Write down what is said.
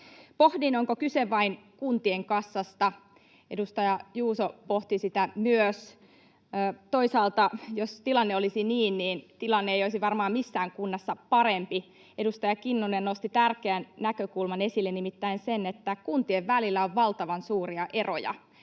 Pohdin, onko kyse vain kuntien kassasta. Edustaja Juuso pohti sitä myös. Toisaalta jos tilanne olisi niin, niin tilanne ei olisi varmaan missään kunnassa parempi. Edustaja Kinnunen nosti tärkeän näkökulman esille, nimittäin sen, että kuntien välillä on valtavan suuria eroja.